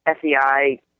FEI